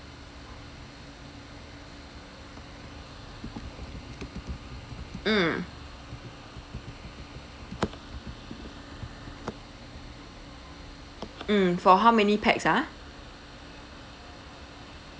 mm mm for how many pax ah